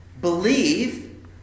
believe